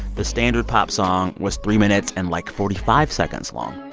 the standard pop song was three minutes and, like, forty five seconds long.